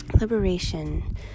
Liberation